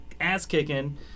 ass-kicking